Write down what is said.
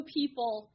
people